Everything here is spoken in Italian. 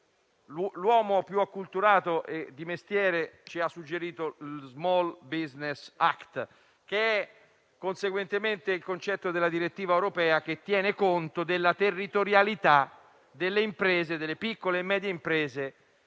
L'uomo, più acculturato e di mestiere, ci ha suggerito la definizione di *small business act*, che è conseguentemente il concetto della direttiva europea che tiene conto della territorialità delle piccole e medie imprese.